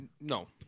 No